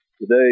Today